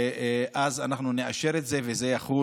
אנחנו נאשר את זה וזה יחול